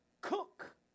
cook